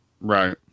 Right